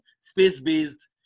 space-based